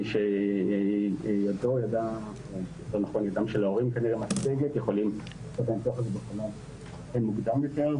מי שידם של ההורים משגת יכולים לעבור את הניתוח הזה בחלון מוקדם יותר.